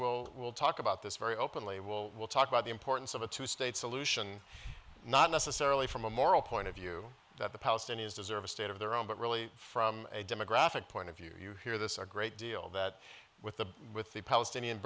will will talk about this very openly will will talk about the importance of a two state solution not necessarily from a moral point of view that the palestinians deserve a state of their own but really from a demographic point of view you hear this our great deal that with the with the palestinian